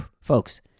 Folks